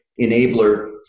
enabler